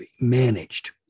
managed